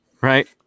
Right